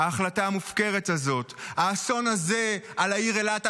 ההחלטה המופקרת הזאת: האסון הזה על העיר אילת,